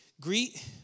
Greet